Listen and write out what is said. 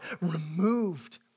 removed